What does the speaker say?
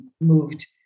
moved